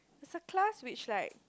there's a class which like